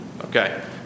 Okay